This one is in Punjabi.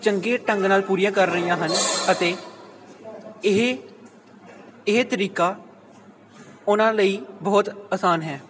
ਚੰਗੇ ਢੰਗ ਨਾਲ ਪੂਰੀਆਂ ਕਰ ਰਹੀਆਂ ਹਨ ਅਤੇ ਇਹ ਇਹ ਤਰੀਕਾ ਉਹਨਾਂ ਲਈ ਬਹੁਤ ਆਸਾਨ ਹੈ